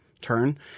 turn